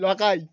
Lakhai